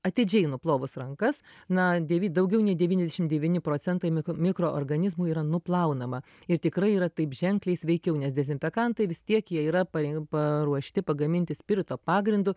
atidžiai nuplovus rankas na devy daugiau nei devyniasdešim devyni procentai mikroorganizmų yra nuplaunama ir tikrai yra taip ženkliai sveikiau nes dezinfekantai vis tiek jie yra pare paruošti pagaminti spirito pagrindu